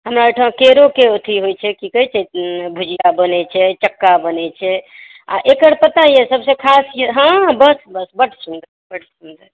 हमरा ओहिठाम केरोके अथी होइ छै भुजिया बनै छै चक्का बनै छै आ एकर पता यऽ सभसे खास यऽ हॅं बस बड सुन्दर बड सुन्दर